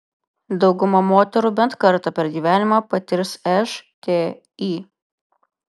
dauguma moterų bent kartą per gyvenimą patirs šti